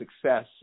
success